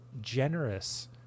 generous